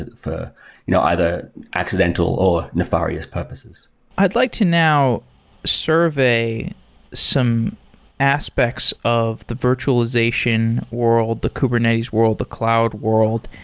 ah you know either accidental or nefarious purposes i'd like to now survey some aspects of the virtualization world, the kubernetes world, the cloud world,